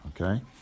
okay